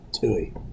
Tui